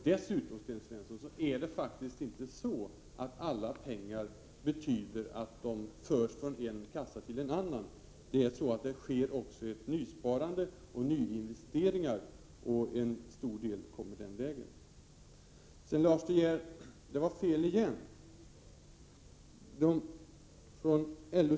Dessutom, Sten Svensson, är det inte så att alla pengar förs från en kassa till en annan, utan det sker också ett nysparande och görs också nyinvesteringar — en stor del kommer den vägen. Till Lars De Geer: Det var fel igen.